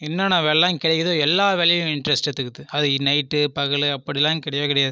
என்னென்னா வேலைல்லாம் கிடைக்குதோ எல்லா வேலையும் இன்ட்ரெஸ்ட் எடுத்துகிறது அதுக்கு நைட்டு பகல் அப்படியெல்லாம் கிடையவே கிடையாது